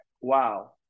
wow